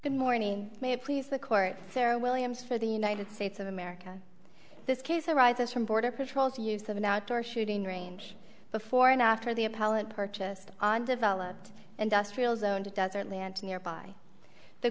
good morning may it please the court sarah williams for the united states of america this case arises from border patrol to use of an outdoor shooting range before and after the appellant purchased on developed industrial zone to desert land nearby the